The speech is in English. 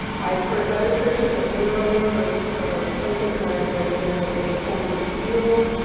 i have heard of other churches that literally for for places where there is an open field,